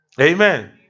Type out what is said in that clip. Amen